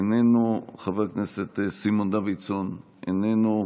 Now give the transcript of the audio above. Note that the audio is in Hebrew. איננו, חבר הכנסת סימון דוידסון, איננו,